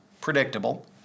predictable